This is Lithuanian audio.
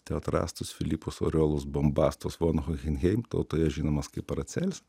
teotrastus filipus aureolus bombastus von hohinheim tautoje žinomas kaip paracelis